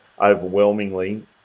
overwhelmingly